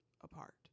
apart